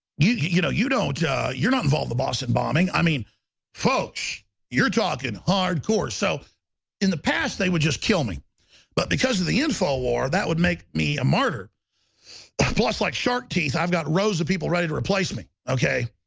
you you know, you don't you're not involved the boston bombing. i mean folks you're talking hardcore so in the past they would just kill me but because of the info war, that would make me a martyr plus like shark teeth. i've got rows of people ready to replace me. okay,